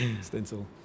Stencil